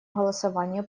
голосование